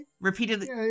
repeatedly